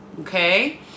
okay